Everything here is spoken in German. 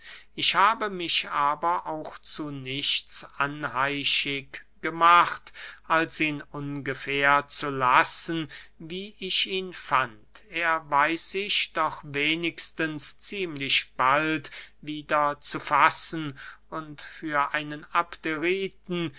ich habe mich aber auch zu nichts anheischig gemacht als ihn ungefähr zu lassen wie ich ihn fand er weiß sich doch wenigstens ziemlich bald wieder zu fassen und für einen